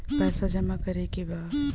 पैसा जमा करे के बा?